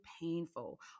painful